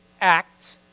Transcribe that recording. act